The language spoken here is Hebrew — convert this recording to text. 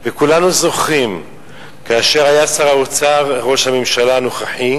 וכולנו זוכרים שכאשר ראש הממשלה הנוכחי